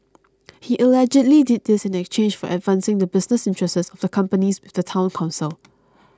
he allegedly did this in exchange for advancing the business interests of the companies with the Town Council